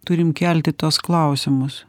turim kelti tuos klausimus